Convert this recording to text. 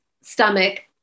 stomach